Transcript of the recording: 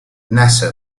nasa